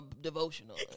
devotional